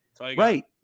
Right